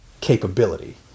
capability